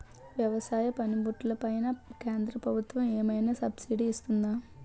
వ్యవసాయ పనిముట్లు పైన కేంద్రప్రభుత్వం ఏమైనా సబ్సిడీ ఇస్తుందా?